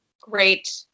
Great